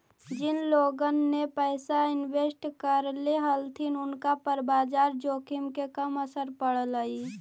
जिन लोगोन ने पैसा इन्वेस्ट करले हलथिन उनका पर बाजार जोखिम के कम असर पड़लई